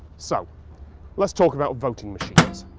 so let's talk about voting machines.